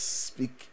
speak